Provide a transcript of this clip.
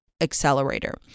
accelerator